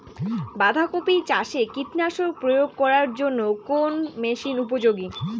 বাঁধা কপি চাষে কীটনাশক প্রয়োগ করার জন্য কোন মেশিন উপযোগী?